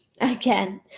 again